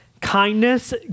kindness